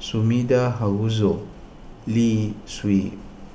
Sumida Haruzo Lee Sui